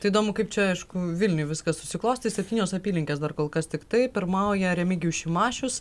tai įdomu kaip čia aišku vilniuj viskas susiklostys septynios apylinkės dar kol kas tiktai pirmauja remigijus šimašius